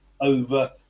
over